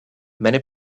many